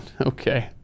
Okay